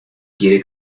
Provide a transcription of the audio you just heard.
quiere